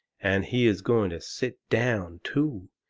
and he is going to sit down, too,